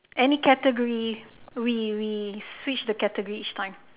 any categories we we switch the category each time